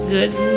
Good